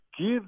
give